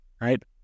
right